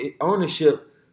ownership